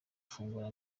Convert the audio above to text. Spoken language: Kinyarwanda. gufungura